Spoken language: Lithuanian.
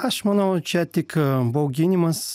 aš manau čia tik bauginimas